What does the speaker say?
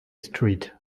street